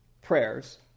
prayers